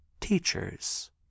teachers